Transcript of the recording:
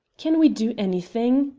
can we do anything?